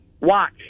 watch